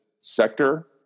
sector